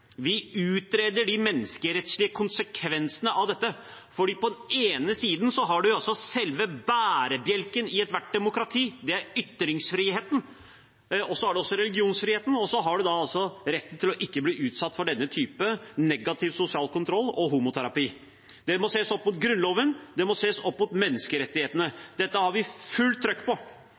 Vi utreder de menneskerettslige konsekvensene av dette, for på den ene siden har man selve bærebjelken i ethvert demokrati – ytringsfriheten. Så har man religionsfriheten, og man har da retten til å ikke bli utsatt for denne typen negativ sosial kontroll og homoterapi. Det må ses opp mot Grunnloven. Det må ses opp mot menneskerettighetene. Dette har vi fullt trykk på.